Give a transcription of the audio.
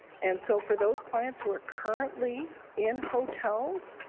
and so for those clients who are currently in hotels,